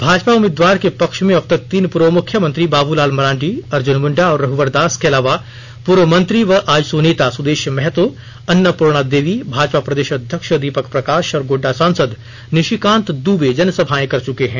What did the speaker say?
भाजपा उम्मीवार के पक्ष में अब तक तीन पूर्व मुख्यमंत्री बाबूलाल मरांडी अर्जुन मुंडा और रघुवर दास के अलावा पूर्व मंत्री व आजसू नेता सुदेश महतो अन्नपूर्णा देवी भाजपा प्रदेश अध्यक्ष दीपक प्रकाश और गोड्डा सांसद निशिकांत दूबे जनसभाएं कर चुके हैं